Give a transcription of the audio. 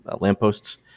lampposts